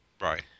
Right